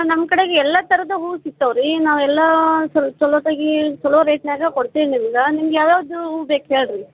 ನಮ್ಮ ಕಡೆಗೆ ಎಲ್ಲ ಥರದ್ದೂ ಹೂ ಸಿಕ್ತವೆ ರೀ ನಾವು ಎಲ್ಲ ಚಲೋತಾಗಿ ಚಲೋ ರೇಟಿನಾಗ ಕೊಡ್ತೀವಿ ನಿಮ್ಗೆ ನಿಮ್ಗೆ ಯಾವ ಯಾವುದು ಹೂ ಬೇಕು ಹೇಳಿ ರೀ